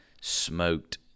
smoked